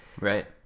right